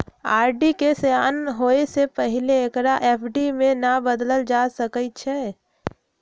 RD के सेयान होय से पहिले एकरा एफ.डी में न बदलल जा सकइ छै